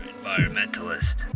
Environmentalist